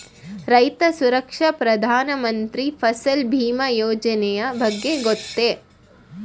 ರೈತ ಸುರಕ್ಷಾ ಪ್ರಧಾನ ಮಂತ್ರಿ ಫಸಲ್ ಭೀಮ ಯೋಜನೆಯ ಬಗ್ಗೆ ಗೊತ್ತೇ?